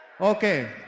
Okay